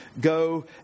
go